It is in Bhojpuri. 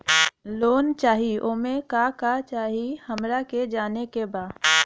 लोन चाही उमे का का चाही हमरा के जाने के बा?